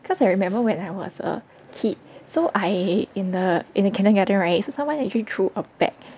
cause I remember when I was a kid so I in a in a kindergarten right so someone actually threw a bag